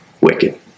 wicked